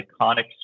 iconic